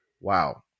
Wow